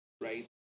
right